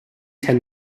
ten